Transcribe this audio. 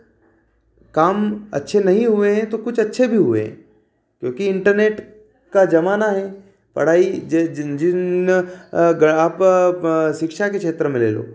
काम अच्छे नहीं हुए हैं तो कुछ अच्छे भी हुए क्योंकि इंटरनेट का ज़माना है पढ़ाई जिन गर आप शिक्षा के क्षेत्र में लेलो